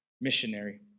missionary